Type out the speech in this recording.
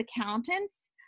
accountants